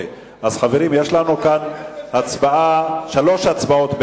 אז חברים, יש לנו כאן שלוש הצבעות.